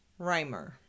Reimer